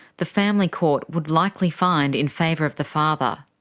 the family court would likely find in favour of the father.